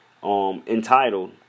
Entitled